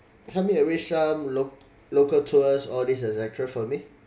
help me arrange some loc~ local tours all these et cetera for me